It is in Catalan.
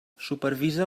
supervisa